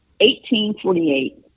1848